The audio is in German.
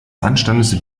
anstandes